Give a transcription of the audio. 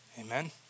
Amen